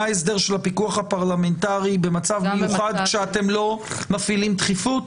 מה ההסדר של הפיקוח הפרלמנטרי במצב מיוחד כשאתם לא מפעילים דחיפות?